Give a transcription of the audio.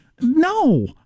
no